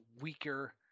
weaker